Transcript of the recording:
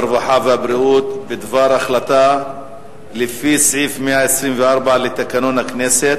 הרווחה והבריאות בדבר החלטה לפי סעיף 124 לתקנון הכנסת